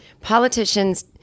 politicians